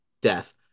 death